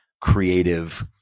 creative